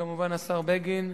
וכמובן השר בגין,